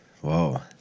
Whoa